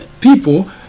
people